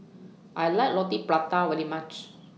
I like Roti Prata very much